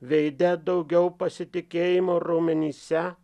veide daugiau pasitikėjimo raumenyse